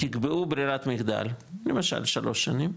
תקבעו ברירת מחדל, למשל, שלוש שנים,